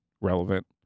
relevant